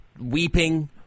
weeping